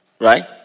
right